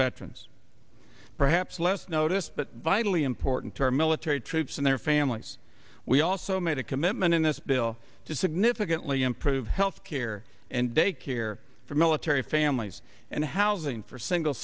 veterans perhaps less notice but vitally important to our military troops and their families we also made a commitment in this bill to significantly improve health care and daycare for military families and housing for single